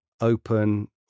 open